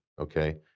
okay